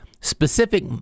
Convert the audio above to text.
specific